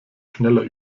schneller